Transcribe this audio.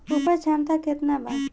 उपज क्षमता केतना वा?